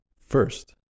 first